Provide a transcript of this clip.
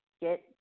Get